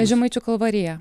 žemaičių kalvarija